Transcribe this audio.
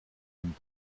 and